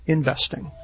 Investing